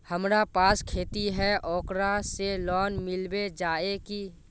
हमरा पास खेती है ओकरा से लोन मिलबे जाए की?